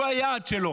שהוא היעד שלו?